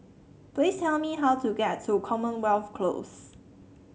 please tell me how to get to Commonwealth Close